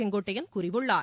செங்கோட்டையன் கூறியுள்ளார்